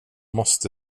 måste